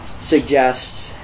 suggests